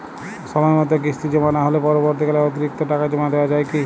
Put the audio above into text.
সময় মতো কিস্তি জমা না হলে পরবর্তীকালে অতিরিক্ত টাকা জমা দেওয়া য়ায় কি?